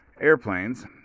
airplanes